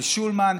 של שולמן,